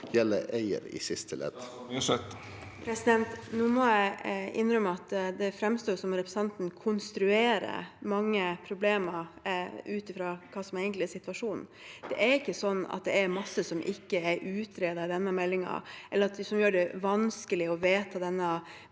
Cecilie Myrseth Nå må jeg inn- rømme at det framstår som om representanten konstruerer mange problemer ut fra hva som egentlig er situasjonen. Det er ikke slik at det er mye som ikke er utredet i denne meldingen, eller at det gjør det vanskelig å vedta denne